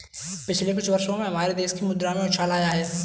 पिछले कुछ वर्षों में हमारे देश की मुद्रा में उछाल आया है